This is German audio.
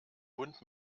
bund